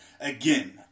Again